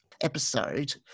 episode